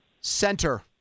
Center